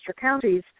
counties